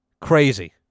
Crazy